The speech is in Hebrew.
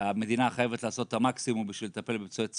המדינה חייבת לעשות את המקסימום בשביל לטפל בפצועי צה"ל,